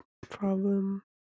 problem